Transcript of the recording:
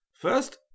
First